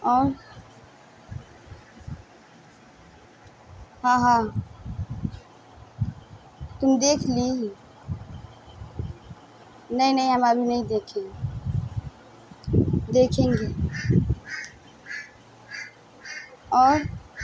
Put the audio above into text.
اور ہاں ہاں تم دیکھ لی نہیں نہیں ہم ابھی نہیں دیکھیں دیکھیں گی اور